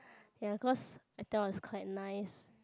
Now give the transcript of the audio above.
ya cause I thought was quite nice